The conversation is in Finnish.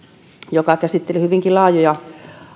joka käsitteli hyvinkin laajoja